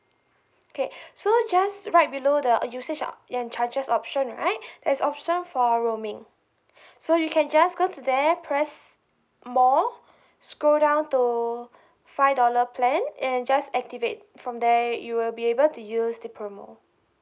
okay so just right below the uh usage and charges option right there's option for roaming so you can just go to there press more scroll down to five dollar plan and just activate from there you will be able to use the promo